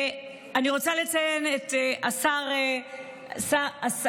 אני רוצה לציין את שר המשפטים